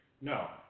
No